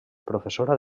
professora